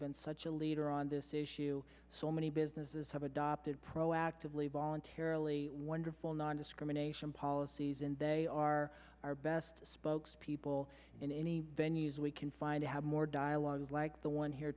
been such a leader on this issue so many businesses have adopted proactively voluntarily wonderful nondiscrimination policies and they are our best spokespeople in any venue's we can find to have more dialogue like the one here